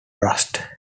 rust